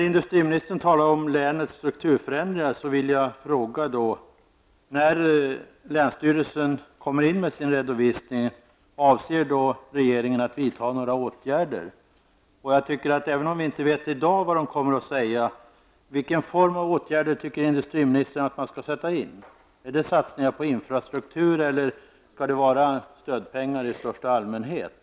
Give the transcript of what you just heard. Även om vi inte vet i dag vad man där kommer att säga: Vilken form av åtgärder anser industriministern att man skall sätta in? Är det satsningar på infrastruktur eller stödpengar i största allmänhet?